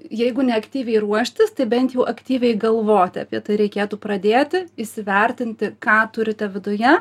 jeigu ne aktyviai ruoštis tai bent jau aktyviai galvoti apie tai reikėtų pradėti įsivertinti ką turite viduje